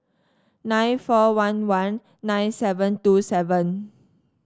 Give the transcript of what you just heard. nine four one one nine seven two seven